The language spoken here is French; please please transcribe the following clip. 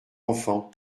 enfant